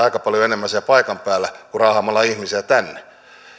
aika paljon enemmän paikan päällä kuin raahaamalla ihmisiä tänne